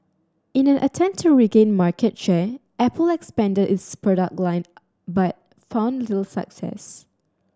in an attempt to regain market share Apple expanded its product line but found little success